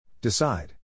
Decide